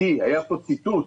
כי היה פה ציטוט,